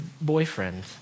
boyfriend